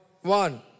one